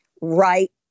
right